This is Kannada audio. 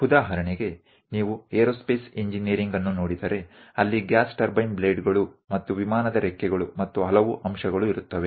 ಉದಾಹರಣೆಗೆ ನೀವು ಏರೋಸ್ಪೇಸ್ ಇಂಜಿನೀರಿಂಗ್ ಅನ್ನು ನೋಡಿದರೆ ಅಲ್ಲಿ ಗ್ಯಾಸ್ ಟರ್ಬೈನ್ ಬ್ಲೇಡ್ಗಳು ಮತ್ತು ವಿಮಾನದ ರೆಕ್ಕೆಗಳು ಮತ್ತು ಹಲವು ಅಂಶಗಳು ಇರುತ್ತವೆ